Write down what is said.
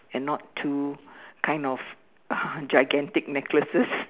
and not two kind of uh gigantic necklaces